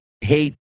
hate